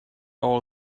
all